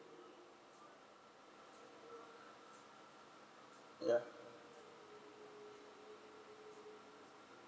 ya